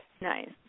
Nice